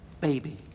baby